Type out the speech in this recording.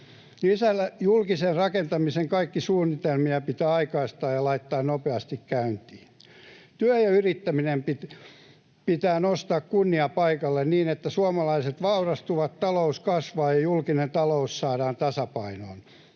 julkisen rakentamisen kaikkia suunnitelmia pitää aikaistaa ja laittaa nopeasti käyntiin. Työ ja yrittäminen pitää nostaa kunniapaikalle niin, että suomalaiset vaurastuvat, talous kasvaa ja julkinen talous saadaan tasapainoon.